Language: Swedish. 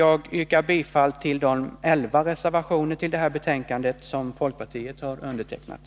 Jag yrkar bifall till de 11 reservationer till näringsutskottets betänkande som folkpartiet har undertecknat.